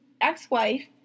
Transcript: ex-wife